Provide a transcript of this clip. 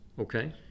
Okay